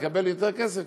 לקבל יותר כסף,